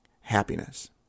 happiness